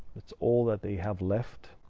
that's all that they have left.